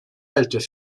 halte